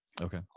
Okay